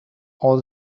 all